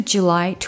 July